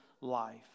life